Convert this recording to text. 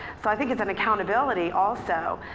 so i think it's an accountability also.